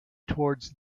towards